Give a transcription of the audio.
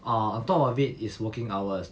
err on top of it is working hours